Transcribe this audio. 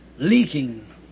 leaking